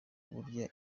burya